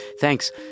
Thanks